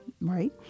right